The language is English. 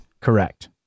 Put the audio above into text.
Correct